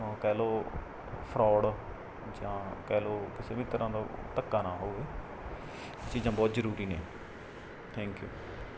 ਕਹਿ ਲਓ ਫਰੋਡ ਜਾਂ ਕਹਿ ਲਓ ਕਿਸੇ ਵੀ ਤਰ੍ਹਾਂ ਦਾ ਧੱਕਾ ਨਾ ਹੋਵੇ ਚੀਜ਼ਾਂ ਬਹੁਤ ਜ਼ਰੂਰੀ ਨੇ ਥੈਂਕਿ ਊ